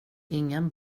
ingen